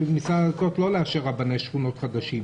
של משרד הדתות היא לא לאשר רבני שכונות חדשים.